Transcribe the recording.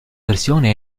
versioni